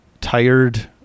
tired